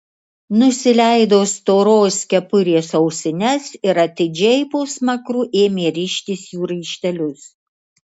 nusileido storos kepurės ausines ir atidžiai po smakru ėmė rištis jų raištelius